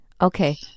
Okay